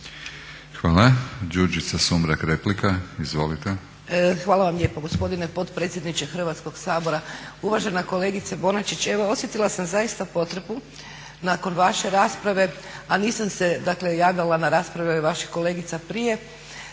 izvolite. **Sumrak, Đurđica (HDZ)** Hvala vam lijepo gospodine potpredsjedniče Hrvatskog sabora. Uvažena kolegice Bonačić, evo osjetila sam zaista potrebu nakon vaše rasprave, a nisam se dakle javljala na rasprave vaših kolegica prije,